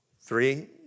Three